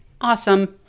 Awesome